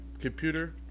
computer